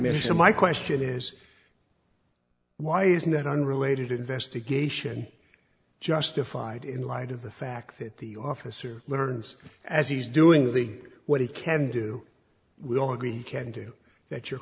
so my question is why isn't that unrelated investigation justified in light of the fact that the officer learns as he's doing the what he can do we all agree can do that your